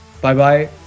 bye-bye